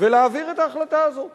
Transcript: ולהעביר את ההחלטה הזאת